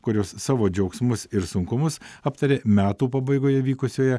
kurios savo džiaugsmus ir sunkumus aptarė metų pabaigoje įvykusioje